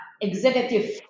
executive